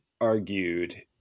argued